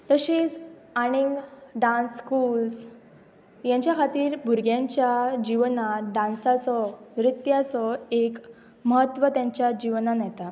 तशेंच आनीक dance schools हेंच्या खातीर भुरग्यांच्या जिवनांत डांसाचो नृत्याचो एक म्हत्व तेंच्या जिवनांत येता